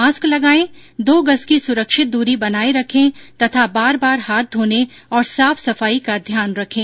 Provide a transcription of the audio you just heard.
mask लगायें दो गज की सुरक्षित दूरी बनाये रखें तथा बार बार हाथ धोने और साफ सफाई का ध्यान रखें